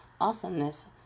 Awesomeness